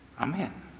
amen